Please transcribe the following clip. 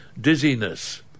dizziness